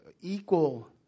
equal